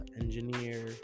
engineer